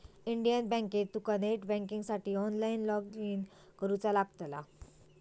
Indian बँकेत तुका net बँकिंगसाठी ऑनलाईन लॉगइन करुचा लागतला